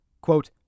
Quote